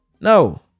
No